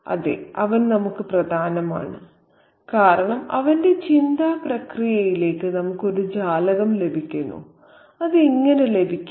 അതെ അവൻ നമുക്ക് പ്രധാനമാണ് കാരണം അവന്റെ ചിന്താ പ്രക്രിയയിലേക്ക് നമുക്ക് ഒരു ജാലകം ലഭിക്കുന്നു അത് എങ്ങനെ ലഭിക്കും